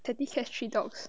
thirty cats three dogs